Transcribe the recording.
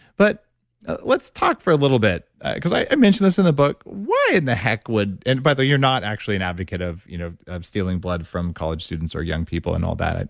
but let's talk for a little bit because i mentioned this in the book, why in the heck would, and by the way, you're not actually an advocate of you know of stealing blood from college students or young people and all that.